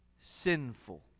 sinful